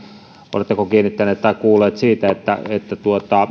oletteko kiinnittänyt huomiota siihen tai kuullut siitä että että